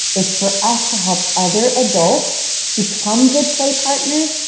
it's for us to help other adults become good play partners,